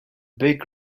big